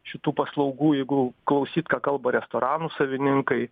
šitų paslaugų jeigu klausyt ką kalba restoranų savininkai